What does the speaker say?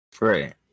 Right